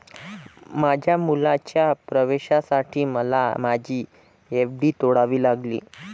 माझ्या मुलाच्या प्रवेशासाठी मला माझी एफ.डी तोडावी लागली